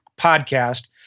podcast